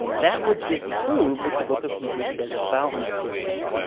that would disprove what the book of hebrews says about melchizedek.